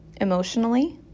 emotionally